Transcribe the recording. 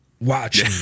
Watch